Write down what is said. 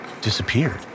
disappeared